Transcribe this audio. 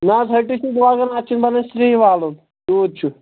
نہ حظ ہٹِس چھُس لگان اتھ چھُنہٕ بنان سرٛیٚہی والُن تیٛوٗت چھُ